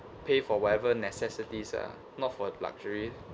pay for whatever necessities ah not for luxury